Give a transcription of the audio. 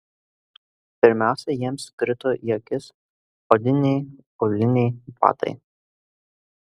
pirmiausia jiems krito į akis odiniai auliniai batai